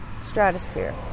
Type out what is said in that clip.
stratosphere